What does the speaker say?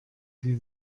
sie